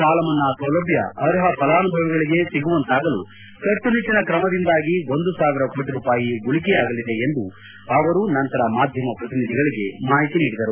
ಸಾಲ ಮನ್ನಾ ಸೌಲಭ್ಣ ಅರ್ಹ ಫಲಾನುಭವಿಗಳಿಗೆ ಸಿಗುವಂತಾಗಲು ಕಟ್ಟುನಿಟ್ಟನ ಕ್ರಮದಿಂದಾಗಿ ಒಂದು ಸಾವಿರ ಕೋಟ ರೂಪಾಯಿ ಉಳಿಕೆಯಾಗಲಿದೆ ಎಂದು ಅವರು ನಂತರ ಮಾದ್ಯಮ ಪ್ರತಿನಿಧಿಗಳಿಗೆ ಮಾಹಿತಿ ನೀಡಿದರು